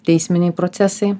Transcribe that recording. teisminiai procesai